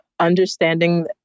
understanding